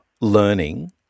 learning